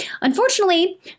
Unfortunately